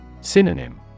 Synonym